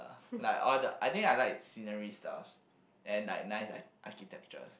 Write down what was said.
like all the I think I like scenery stuffs and like nice archi~ architectures